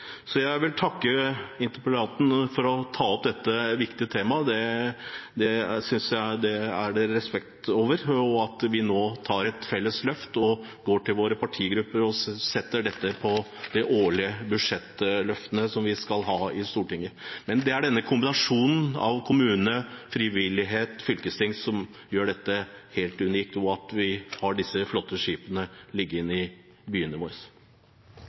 Så jeg vil takke interpellanten for å ta opp dette viktige temaet, det synes jeg det står respekt av. Nå tar vi et felles løft og går til våre partigrupper og setter dette på de årlige budsjettene vi skal ha i Stortinget. Det er denne kombinasjonen av kommune, frivillighet og fylkesting som gjør dette helt unikt, og at vi har disse flotte skipene liggende i byene våre.